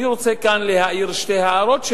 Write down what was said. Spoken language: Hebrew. אני רוצה להעיר כאן שתי הערות,